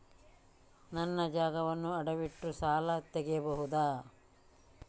ನನ್ನ ಜಾಗವನ್ನು ಅಡವಿಟ್ಟು ಸಾಲ ತೆಗೆಯಬಹುದ?